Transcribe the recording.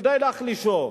כדי להחלישו.